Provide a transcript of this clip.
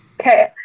Okay